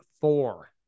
four